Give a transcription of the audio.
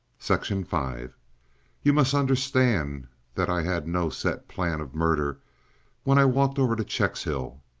section five you must understand that i had no set plan of murder when i walked over to checkshill.